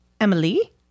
Emily